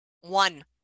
one